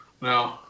No